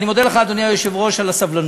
אני מודה לך, אדוני היושב-ראש, על הסבלנות.